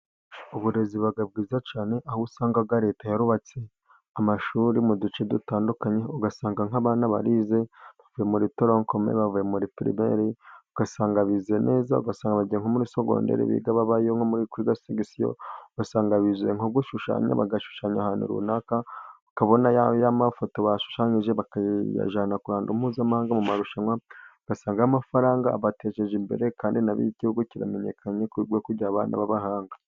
Uburezi buba bwiza cyane, aho usangaga leta yarubatse amashuri mu duce dutandukanye ,ugasanga nk'abana barize bavuye muri torokome, bavuye muri pirimeri ,ugasanga bize neza, ugasanga abajya muri sogonderi biga babayo nko muri segisiyo ,ugasanga bize nko gushushanya, bagashushanya ahantu runaka ukabona ya mafoto bashushanyije ,bakayajyana ku ruhando mpuzamahanga mu marushanwa, ugasanga amafaranga abatejeje imbere, kandi na bo igihugu kiramenyekanye kubwo kugira abana b'abahanga.